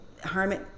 hermit